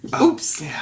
Oops